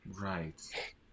right